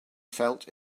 felt